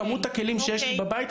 כמות הכלים שיש לי בבית,